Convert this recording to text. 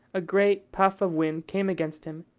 a great puff of wind came against him,